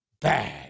bad